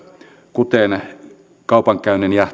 kuten kaupankäynnin ja